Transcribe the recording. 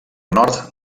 nord